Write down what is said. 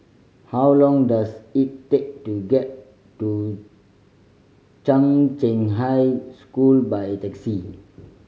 how long does it take to get to Chung Cheng High School by taxi